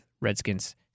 Redskins